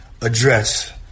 address